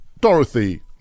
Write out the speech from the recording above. Dorothy